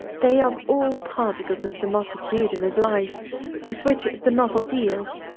they are all particles of the multitudinous life with which the novel deals,